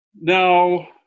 now